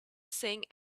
sing